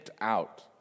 out